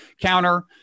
counter